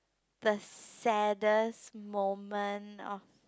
the saddest moment of